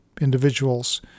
individuals